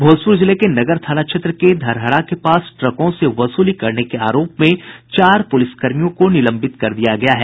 भोजपुर जिले के नगर थाना क्षेत्र के धरहरा के पास ट्रकों से वसूली करने के आरोप में चार प्रलिसकर्मियों को निलंबित कर दिया गया है